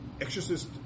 exorcist